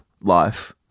life